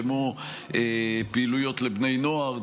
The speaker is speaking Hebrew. כמו פעילויות לבני נוער,